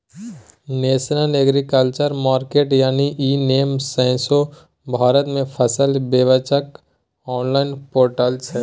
national agriculture market यानी e NAM सौंसे भारत मे फसल बेचबाक आनलॉइन पोर्टल छै